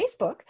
Facebook